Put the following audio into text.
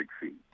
succeed